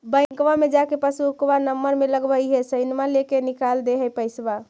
बैंकवा मे जा के पासबुकवा नम्बर मे लगवहिऐ सैनवा लेके निकाल दे है पैसवा?